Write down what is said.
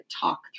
talk